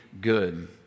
good